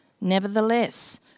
Nevertheless